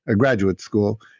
graduate school.